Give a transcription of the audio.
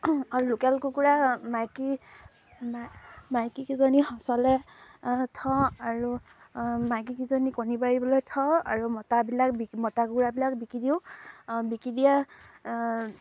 আৰু লোকেল কুকুৰা মাইকী মাইকীকেইজনী সঁচলৈ থওঁ আৰু মাইকীকেইজনী কণী পাৰিবলৈ থওঁ আৰু মতাবিলাক বিকি মতা কুকুৰাবিলাক বিকি দিওঁ বিকি দিয়া